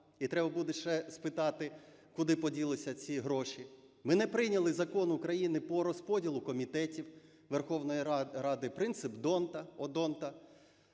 І треба буде ще спитати, куди поділися ці гроші. Ми не прийняли Закон України по розподілу комітетів Верховної Ради, принцип д'Ондта.